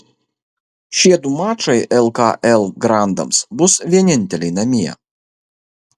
šie du mačai lkl grandams bus vieninteliai namie